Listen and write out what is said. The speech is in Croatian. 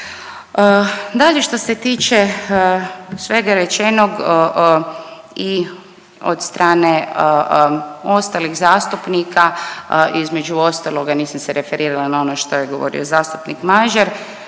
Dalje što se tiče svega rečenog i od strane ostalih zastupnika, između ostaloga i nisam se referirala na ono što je govorio zastupnik Mažar.